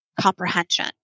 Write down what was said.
comprehension